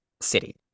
city